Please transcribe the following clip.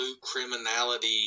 criminality